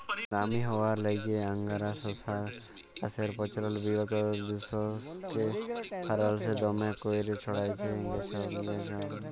দামি হউয়ার ল্যাইগে আংগারা শশা চাষের পচলল বিগত দুদশকে ফারাল্সে দমে ক্যইরে ছইড়ায় গেঁইলছে